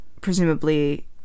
presumably